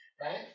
Right